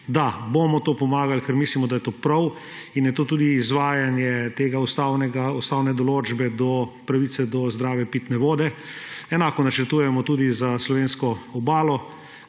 Da, tu bomo pomagali, ker mislimo, da je to prav in je to tudi izvajanje ustavne določbe pravice do zdrave pitne vode. Enako načrtujemo tudi za slovensko obalo.